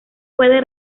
puede